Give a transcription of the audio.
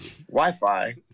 Wi-Fi